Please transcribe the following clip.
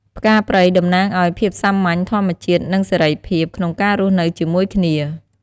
ផ្កាព្រៃ តំណាងអោយ ភាពសាមញ្ញ ធម្មជាតិ និងសេរីភាព ក្នុងការរស់នៅជាមួយគ្នា។